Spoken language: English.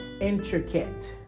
intricate